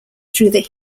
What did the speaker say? through